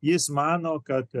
jis mano kad